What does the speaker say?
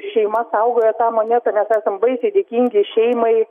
šeima saugojo tą monetą mes esam baisiai dėkingi šeimai